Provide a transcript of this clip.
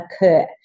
occur